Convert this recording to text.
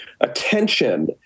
attention